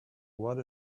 what